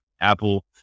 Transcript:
Apple